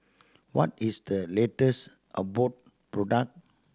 what is the latest Abbott product